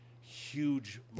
huge